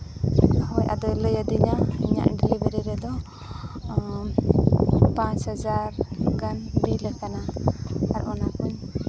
ᱦᱳᱭ ᱟᱫᱚᱭ ᱞᱟᱹᱭᱟᱫᱤᱧᱟ ᱤᱧᱟᱹᱜ ᱰᱮᱞᱤᱵᱷᱟᱨᱤ ᱨᱮᱫᱚ ᱯᱟᱸᱪ ᱦᱟᱡᱟᱨ ᱜᱟᱱ ᱵᱤᱞ ᱟᱠᱟᱱᱟ ᱟᱨ ᱚᱱᱟ ᱠᱩᱧ